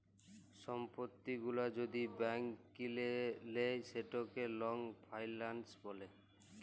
সম্পত্তি গুলা যদি ব্যাংক কিলে লেই সেটকে লং ফাইলাল্স ব্যলে